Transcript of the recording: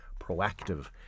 proactive